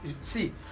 See